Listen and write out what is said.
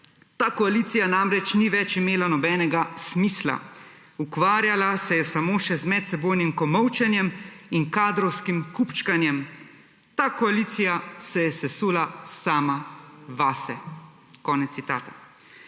»Ta koalicija namreč ni več imela nobenega smisla. Ukvarjala se je samo še z medsebojnim komolčenjem in kadrovskim kupčkanjem. Ta koalicija se je sesula sama vase.« Konec citata.